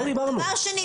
דבר שני,